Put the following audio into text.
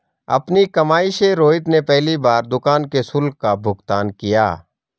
अपनी कमाई से रोहित ने पहली बार दुकान के शुल्क का भुगतान किया